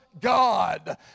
God